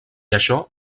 això